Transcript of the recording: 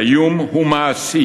האיום הוא מעשי,